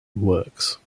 works